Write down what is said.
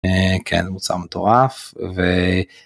כן, זה מוצר מטורף.